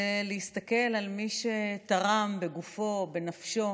כדי להסתכל על מי שתרם בגופו, בנפשו,